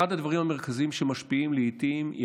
אחד הדברים המרכזיים שמשפיעים לעיתים זה